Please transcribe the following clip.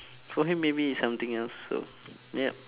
for him maybe it's something else so yup